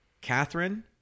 Catherine